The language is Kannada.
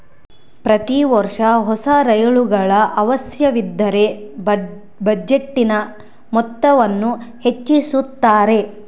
ಪ್ರತಿ ವರ್ಷ ಹೊಸ ರೈಲುಗಳ ಅವಶ್ಯವಿದ್ದರ ಬಜೆಟಿನ ಮೊತ್ತವನ್ನು ಹೆಚ್ಚಿಸುತ್ತಾರೆ